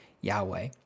Yahweh